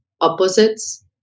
opposites